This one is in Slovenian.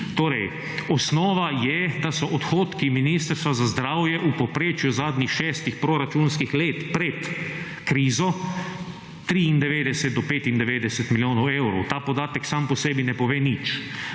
Torej osnova je, da so odhodki Ministrstva za zdravje v povprečju zadnjih šestih proračunskih let pred krizo, 93 do 95 milijonov evrov. Ta podatek sam po sebi ne pove nič,